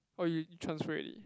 oh you transfer already